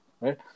right